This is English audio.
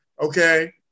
okay